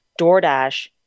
DoorDash